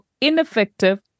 ineffective